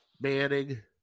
manning